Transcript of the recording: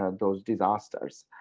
ah those disasters.